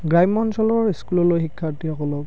গ্ৰাম্য় অঞ্চলৰ স্কুললৈ শিক্ষাৰ্থীসকলক